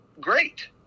great